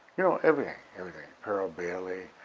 you know everything, everything, pearl bailey.